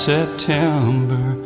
September